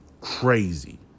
Crazy